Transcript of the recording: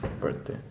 birthday